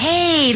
Hey